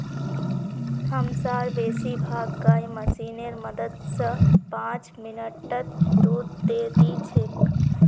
हमसार बेसी भाग गाय मशीनेर मदद स पांच मिनटत दूध दे दी छेक